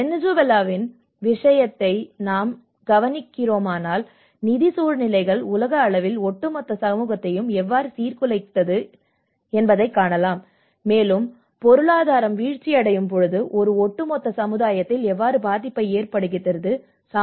வெனிசுலாவின் விஷயத்தை நாம் கவனிக்கிறோமானால் நிதி சூழ்நிலைகள் உலக அளவில் ஒட்டுமொத்த சமூகத்தையும் எவ்வாறு சீர்குலைத்து வருகின்றன என்பதைக் காணலாம் மேலும் பொருளாதாரம் வீழ்ச்சியடையும் போது அது ஒட்டுமொத்த சமுதாயத்தில் எவ்வாறு பாதிப்பை ஏற்படுத்துகிறது என்பதையும் இது தொடர்புபடுத்துகிறது